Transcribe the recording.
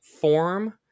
form